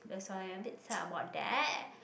that's why I a bit sad about that